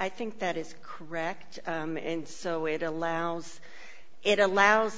i think that is correct and so it allows it allows